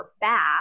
bath